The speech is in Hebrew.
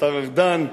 השר ארדן,